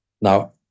Now